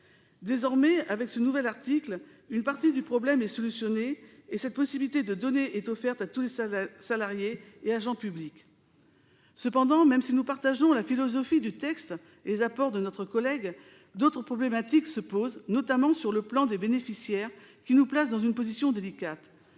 Désormais, avec ce nouvel article, une partie du problème est résolue, et cette possibilité de donner est offerte à tous les salariés et agents publics. Même si nous partageons la philosophie du texte et les apports de notre collègue, d'autres problématiques se posent, notamment sur le plan des bénéficiaires, qui nous placent dans une position délicate.